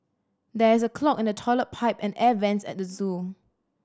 there is a clog in the toilet pipe and air vents at the zoo